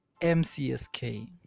mcsk